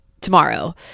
tomorrow